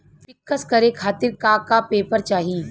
पिक्कस करे खातिर का का पेपर चाही?